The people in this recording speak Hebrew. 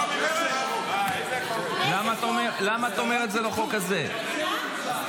חלוקת ג'ובים --- כולם יצביעו --- תודה.